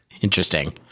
Interesting